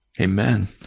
Amen